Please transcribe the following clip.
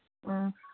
ꯎꯝ